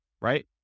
right